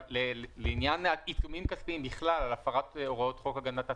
אבל לעניין עיצומים כספיים בכלל על הפרת הוראות חוק הגנת הצרכן,